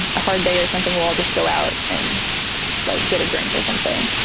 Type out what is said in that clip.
ah hard day or something. we'll just go out and like get a drink or something.